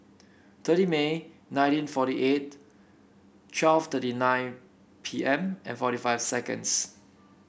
thirty May nineteen forty eight twelve thirty nine P M and forty five seconds